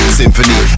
symphony